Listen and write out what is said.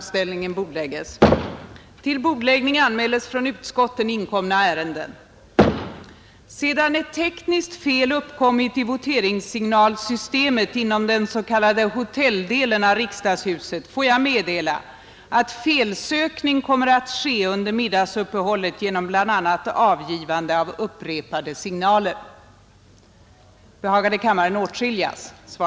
Sedan ett tekniskt fel uppkommit i voteringssignalsystemet inom den s.k. hotelldelen av riksdagshuset får jag meddela, att felsökning kommer att ske under middagsuppehållet genom bl.a. avgivande av upprepade signaler,